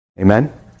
Amen